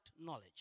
knowledge